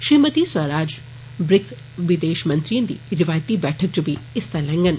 Shrimati Sushma Swaraj BRICS विदेष मंत्रियें दी रिवायती बैठक इच बी हिस्सा लैंडन